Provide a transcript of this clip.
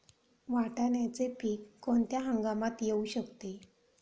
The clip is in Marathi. वाटाण्याचे पीक कोणत्या हंगामात येऊ शकते?